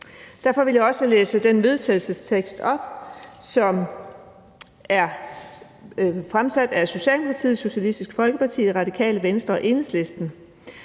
Derfor vil jeg også læse et forslag til vedtagelse op, som bliver fremsat af Socialdemokratiet, Socialistisk Folkeparti, Radikale Venstre og Enhedslisten: